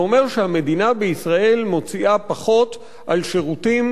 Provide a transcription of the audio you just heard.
זה אומר שהמדינה בישראל מוציאה פחות על שירותים